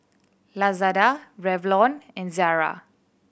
Lazada Revlon and Zara